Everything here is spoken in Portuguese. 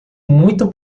muito